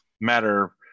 matter